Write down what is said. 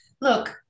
look